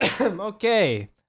Okay